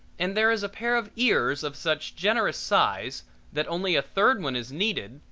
and there is a pair of ears of such generous size that only a third one is needed,